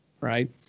right